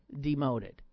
demoted